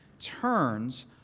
turns